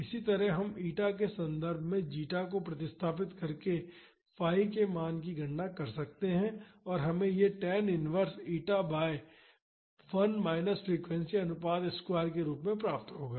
इसी तरह हम ईटा के संदर्भ में जीटा को प्रतिस्थापित करके फाई के मान की गणना कर सकते हैं और यह हमें tan inverse eta by 1 minus frequency अनुपात स्क्वायर के रूप में प्राप्त होगा